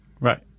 Right